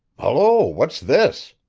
hullo, what's this?